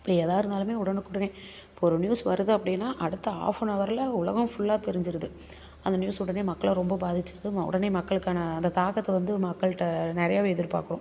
இப்போ ஏதாகயிருந்தாலுமே உடனுக்குடனேயே இப்போ ஒரு நியூஸ் வருது அப்படினா அடுத்த ஆஃப் அன் ஹவரில் உலகம் ஃபுல்லாக தெரிஞ்சிடுது அந்த நியூஸ் உடனே மக்களை ரொம்ப பாதிச்சிடுது உடனே மக்களுக்கான அந்த தாக்கத்தை வந்து மக்கள்கிட்ட நிறையவே எதிர்பார்க்குறோம்